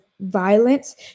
violence